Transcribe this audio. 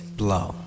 blow